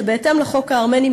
שבהתאם לחוק הארמני,